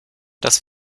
das